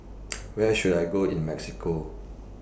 Where should I Go in Mexico